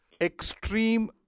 extreme